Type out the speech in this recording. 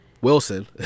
Wilson